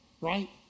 right